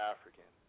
African